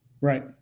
Right